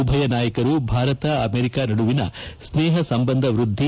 ಉಭಯ ನಾಯಕರು ಭಾರತ ಅಮೇರಿಕಾ ನಡುವಿನ ಸ್ನೇಪ ಸಂಬಂಧ ವೃದ್ಧಿ